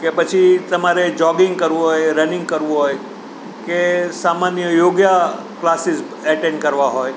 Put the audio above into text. કે પછી તમારે જોગિંગ કરવું હોય રનિંગ કરવું હોય કે સામાન્ય યોગા ક્લાસીસ એટેન્ડ કરવાં હોય